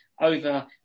over